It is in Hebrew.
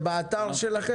זה מופיע באתר שלכם?